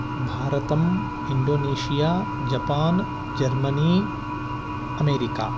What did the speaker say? भारतम् Indonesia Japan Germany America